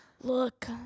Look